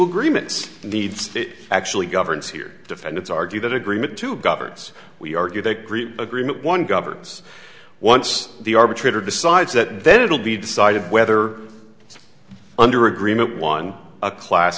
agreements needs it actually governs here defendants argue that agreement two governs we argue they greet agreement one governs once the arbitrator decides that then it will be decided whether under agreement one a class